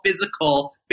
physical